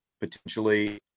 potentially